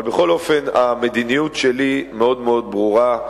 אבל בכל אופן, המדיניות שלי מאוד מאוד ברורה,